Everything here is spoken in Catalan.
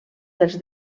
dels